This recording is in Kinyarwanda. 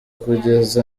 kugeza